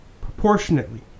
proportionately